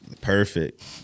Perfect